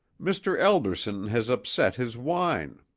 mr. elderson has upset his wine.